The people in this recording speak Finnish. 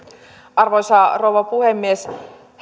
arvoisa rouva puhemies